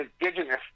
indigenous